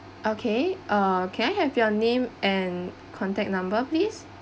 okay uh can I have your name and contact number please